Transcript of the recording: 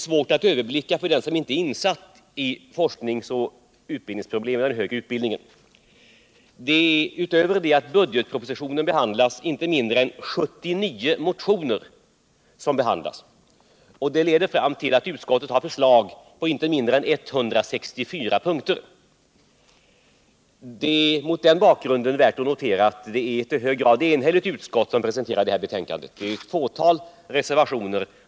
För den som inte är insatt i de forsknings och utbildningsproblem som finns inom den högre utbildningen är det svårt att överblicka detta betänkande. Förutom att budgetpropositionen behandlas, så behandlas även inte mindre än 79 motioner. Detta leder till att utskottet har framlagt förslag på inte mindre än 164 punker. Mot den bakgrunden är det värt att notera att det i hög grad är ett enigt utskott som presenterar detta betänkande.